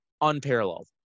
unparalleled